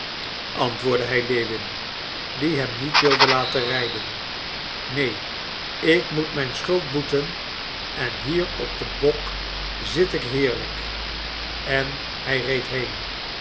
antwoordde hij lewin die hem niet wilde laten rijden neen ik moet mijn schuld boeten en hier op den bok zit ik heerlijk en hij reed heen